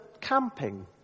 camping